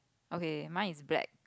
okay mine is black